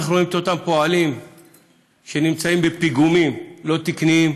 ואנחנו רואים את אותם פועלים שנמצאים על פיגומים לא תקניים